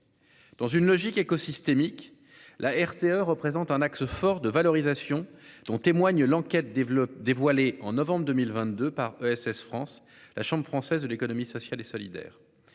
Dans une logique écosystémique la RTE représente un axe fort de valorisation dont témoigne l'enquête des dévoilé, en novembre 2022 par SS France la Chambre française de l'économie sociale et solidaire.